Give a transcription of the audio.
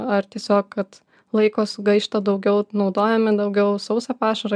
ar tiesiog kad laiko sugaišta daugiau naudojami daugiau sausą pašarą